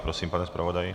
Prosím, pane zpravodaji.